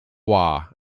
wah